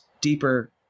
deeper